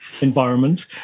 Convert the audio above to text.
environment